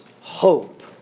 hope